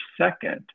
second